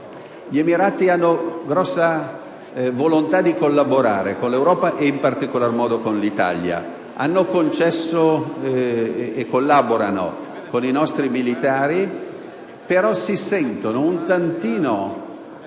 Gli Emirati hanno una forte volontà di collaborare con l'Europa e in particolare con l'Italia. Infatti collaborano con i nostri militari, ma si sentono un tantino